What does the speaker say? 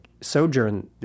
sojourn